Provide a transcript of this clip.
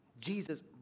Jesus